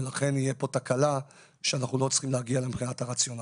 ולכן תהיה פה תקלה שאנחנו לא צריכים להגיע אליה מבחינת הרציונל.